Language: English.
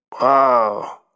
Wow